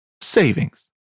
savings